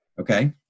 Okay